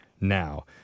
now